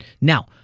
Now